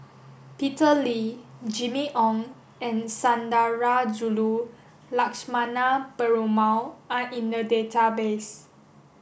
Peter Lee Jimmy Ong and Sundarajulu Lakshmana Perumal are in the database